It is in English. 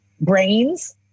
brains